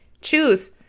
choose